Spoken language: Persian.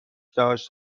داشت